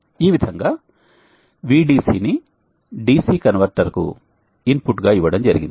ఈ విధంగా VDC ని DC కన్వర్టర్ కు ఇన్పుట్ గా ఇవ్వడం జరిగింది